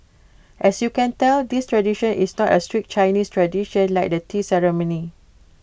as you can tell this tradition is not A strict Chinese tradition like the tea ceremony